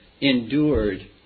endured